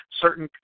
certain